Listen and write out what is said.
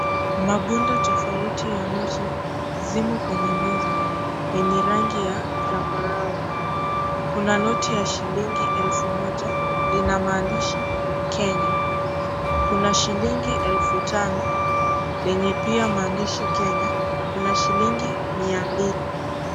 Matunda tofauti ya noti zimo kwenye meza. Yenye rangi ya zambarau. Kuna noti ya shilingi elfu moja, lina maandishi, Kenya. Kuna shilingi elfu tano lenye pia maandishi, Kenya, kuna shilingi mia mbili.